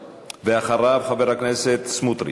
ואחריו, חבר הכנסת סמוּטריץ.